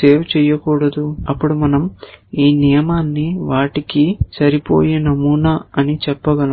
save చేయకూడదు అప్పుడు మనం ఈ నియమాన్ని వాటికి సరిపోయే నమూనా అని చెప్పగలం